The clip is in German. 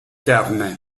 gerne